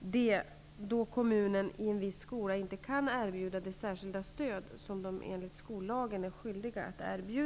de då kommunen i en viss skola inte kan erbjuda det särskilda stöd som den enligt skollagen är skyldig att erbjuda.